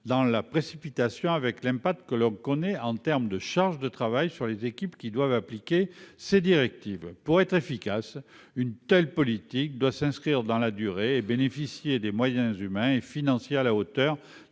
dans la précipitation, avec l'impact que l'on connaît en termes de charge de travail sur les équipes qui doivent appliquer ces directives. Pour être efficace, une telle politique doit s'inscrire dans la durée et bénéficier des moyens humains et financiers à la hauteur